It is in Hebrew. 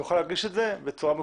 שיוכל להגישד אותה בצורה מקוונת.